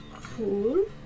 cool